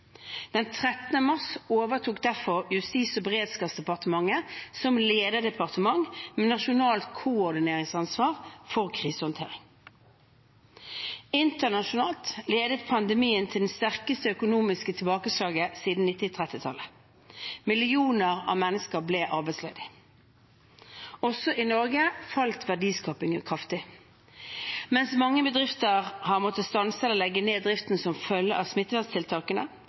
mars overtok derfor Justis- og beredskapsdepartementet som lederdepartement med nasjonalt koordineringsansvar for krisehåndteringen. Internasjonalt ledet pandemien til det sterkeste økonomiske tilbakeslaget siden 1930-tallet. Millioner av mennesker ble arbeidsledige. Også i Norge falt verdiskapingen kraftig. Mens mange bedrifter har måttet stanse eller legge om driften som følge av smitteverntiltakene,